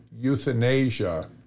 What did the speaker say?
euthanasia